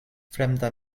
fremda